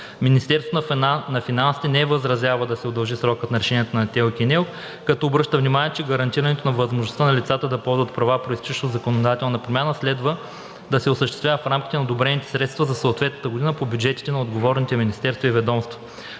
Министерството на финансите не възразява да се удължи срокът на решенията на ТЕЛК и НЕЛК, като обръща внимание, че гарантирането на възможността на лицата да ползват права, произтичащи от законодателната промяна, следва да се осъществява в рамките на одобрените средства за съответната година по бюджетите на отговорните министерства и ведомства.